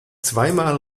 zweimal